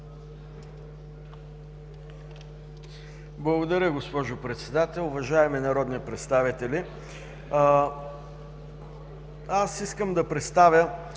Благодаря, госпожо Председател. Уважаеми народни представители! Аз искам да представя